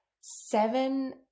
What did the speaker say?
seven